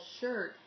shirt